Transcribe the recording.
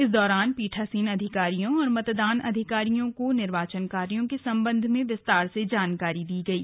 इस दौरान पीठासीन अधिकारियों और मतदान अधिकारियों को निर्वाचन कार्यों के संबध में विस्तार से जानकारी दी गई